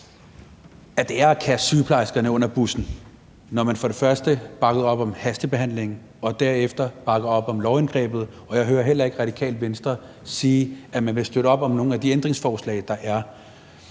at det er at kaste sygeplejerskerne under bussen, når man for det første bakkede op om hastebehandlingen og derefter bakkede op om lovindgrebet, og jeg hører heller ikke Radikale Venstre sige, at man vil støtte op om nogen af de ændringsforslag, der er.